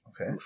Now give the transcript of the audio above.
Okay